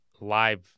live